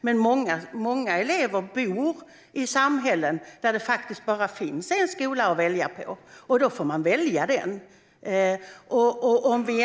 Men många elever bor i samhällen där det faktiskt bara finns en skola att välja på, och då får man välja den.